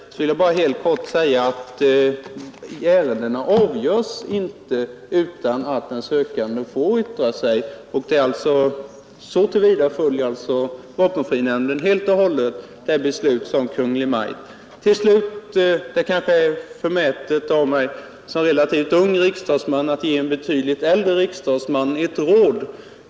Jag vill då helt kort framhålla att ärendena inte avgörs utan att den sökande får yttra sig. Så till vida följer vapenfrinämnden helt och hållet det beslut som Kungl. Maj:t har fattat. Det kanske är förmätet av mig såsom relativt ung riksdagsman att ge en betydligt äldre riksdagsman ett råd.